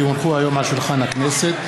כי הונחו היום על שולחן הכנסת,